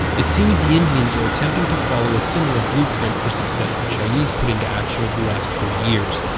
it seems the indians are attempting to follow a similar blueprint for success the chinese put into action over the last forty years.